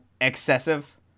excessive